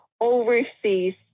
overseas